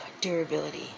durability